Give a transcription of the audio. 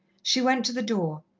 she went to the door.